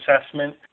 assessment